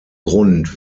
grund